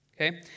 Okay